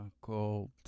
called